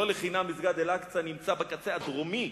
לא לחינם מסגד אל-אקצא נמצא בקצה הדרומי,